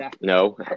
No